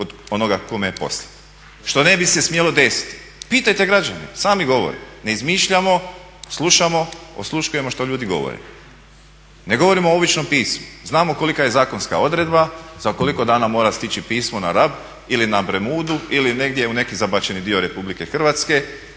kod onoga kome je poslan što ne bi se smjelo desiti. Pitajte građane, sami govore. Ne izmišljamo, slušamo, osluškujemo što ljudi govore. Ne govorim o običnom pismu. Znamo kolika je zakonska odredba, za koliko dana mora stići pismo na Rab ili na Premudu ili negdje u neki zabačeni dio Republike Hrvatske,